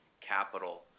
capital